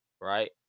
right